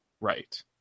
Right